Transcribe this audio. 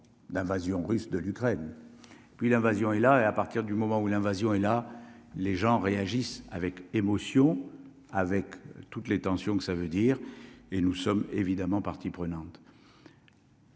d'invasion russe de l'Ukraine puis l'invasion et la et à partir du moment où l'invasion et là les gens réagissent avec émotion avec toutes les tensions que ça veut dire et nous sommes évidemment partie prenante.